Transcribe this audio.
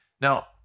Now